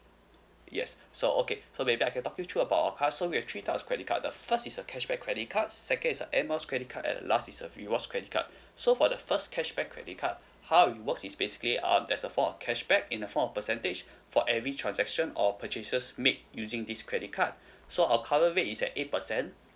yes so okay so maybe I can talk you through about our cards so we have three types of credit card the first is a cashback credit card second is a Air Miles credit card and last is a rewards credit card so for the first cashback credit card how it works is basically um there's a form of cashback in a form of percentage for every transaction or purchases made using this credit card so our current rate is at eight percent